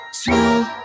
two